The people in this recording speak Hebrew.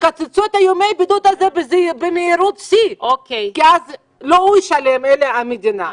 יקצצו את ימי הבידוד האלה במהירות שיא כי אז לא הוא ישלם אלא המדינה.